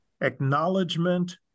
acknowledgement